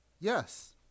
yes